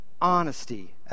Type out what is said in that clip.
honesty